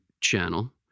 channel